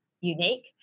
unique